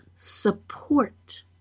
Support